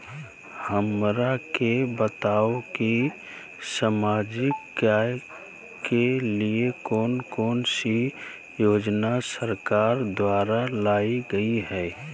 हमरा के बताओ कि सामाजिक कार्य के लिए कौन कौन सी योजना सरकार द्वारा लाई गई है?